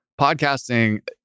podcasting